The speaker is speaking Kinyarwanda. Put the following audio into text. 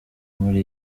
muri